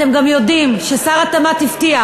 אתם גם יודעים ששר התמ"ת הבטיח,